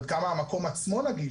עד כמה המקום עצמו נגיש,